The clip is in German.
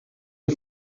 dir